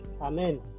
Amen